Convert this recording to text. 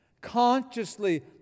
Consciously